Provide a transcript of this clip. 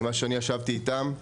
ממה שאני ישבתי איתם,